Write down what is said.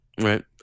right